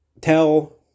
tell